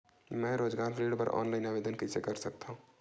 मैं रोजगार ऋण बर ऑनलाइन आवेदन कइसे कर सकथव?